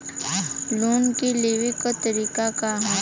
Loan के लेवे क तरीका का ह?